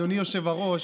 אדוני היושב-ראש,